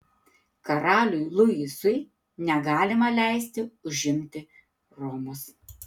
karaliui luisui negalima leisti užimti romos